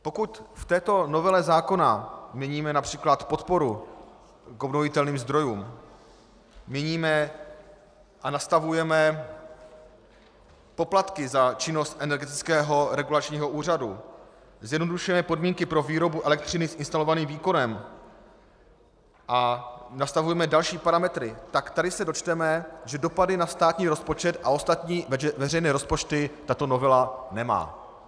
Pokud v této novele zákona měníme například podporu k obnovitelným zdrojům, měníme a nastavujeme poplatky za činnost Energetického regulačního úřadu, zjednodušujeme podmínky pro výrobu elektřiny s instalovaným výkonem a nastavujeme další parametry, tak tady se dočteme, že dopady na státní rozpočet a ostatní veřejné rozpočty tato novela nemá.